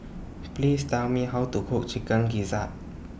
Please Tell Me How to Cook Chicken Gizzard